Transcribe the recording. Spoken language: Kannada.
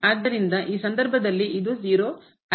ಆದ್ದರಿಂದ ಈ ಸಂದರ್ಭದಲ್ಲಿ ಇದು 0 ಆಗಿದೆ